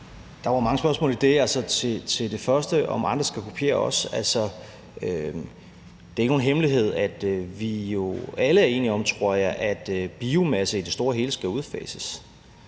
Det var mange spørgsmål i det. Til det første om, om andre skal kopiere os, vil jeg sige, at det ikke er nogen hemmelighed, at vi jo alle, tror jeg, er enige om, at biomasse i det store hele skal udfases.